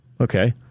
Okay